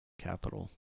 capital